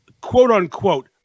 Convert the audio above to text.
quote-unquote